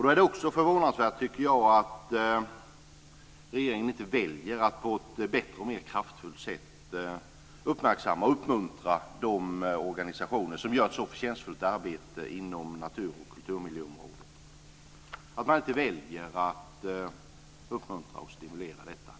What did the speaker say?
Då är det också förvånansvärt att regeringen inte väljer att på ett bättre och mer kraftfullt sätt uppmärksamma och uppmuntra de organisationer som gör ett så förtjänstfullt arbete inom natur och kulturmiljöområdet. Det är förvånansvärt att man inte väljer att uppmuntra och stimulera detta.